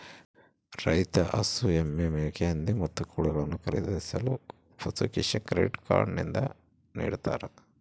ರೈತ ಹಸು, ಎಮ್ಮೆ, ಮೇಕೆ, ಹಂದಿ, ಮತ್ತು ಕೋಳಿಗಳನ್ನು ಖರೀದಿಸಲು ಪಶುಕಿಸಾನ್ ಕ್ರೆಡಿಟ್ ಕಾರ್ಡ್ ನಿಂದ ನಿಡ್ತಾರ